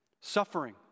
suffering